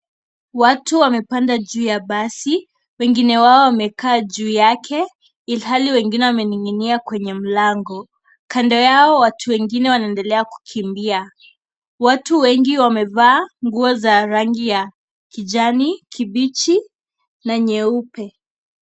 Watu wamepanda juu ya basi wengine wao wamekaa juu yake ilhali wengine wameninginia kwenye mlango, kando yao watu wengine wanaendelea kukimbia . Watu wengi wamevaa nguo za rangi ya kijani kibichi na nyeupe.